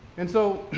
and so,